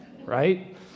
right